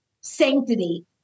sanctity